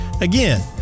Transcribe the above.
Again